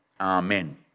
Amen